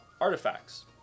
artifacts